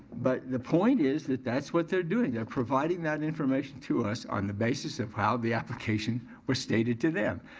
but the point is that that's what they're doing. they're providing that information to us on the basis of how the application was stated to them.